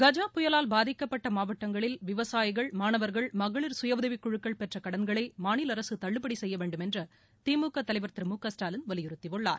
கஜ புயலால் பாதிக்கப்பட்ட மாவட்டங்களில் விவசாயிகள் மாணவர்கள் மகளிர் சுயஉதவிக் குழக்கள் பெற்ற கடன்களை மாநில அரசு தள்ளுபடி செய்ய வேண்டும் என்று திமுக தலைவர் திரு மு க ஸ்டாலின் வலியுறுத்தியுள்ளார்